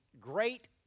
great